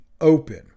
open